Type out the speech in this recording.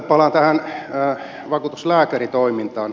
palaan tähän vakuutuslääkäritoimintaan